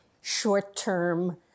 Short-term